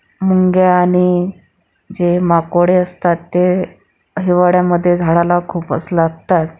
मुंग्या आणि जे माकोडे असतात ते हिवाळ्यामध्ये झाडाला खूपच लागतात